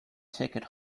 ticket